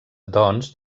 doncs